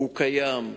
הוא קיים.